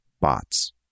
bots